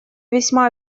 весьма